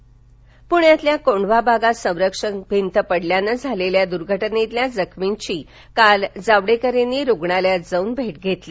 भिंत दर्घटना पूण्यातल्या कोंढवा भागात संरक्षक भिंत पडल्यानं झालेल्या दुर्घटनेतल्या जखमींची काल जावडेकर यांनी रुग्णालयात जाऊन भेट घेतली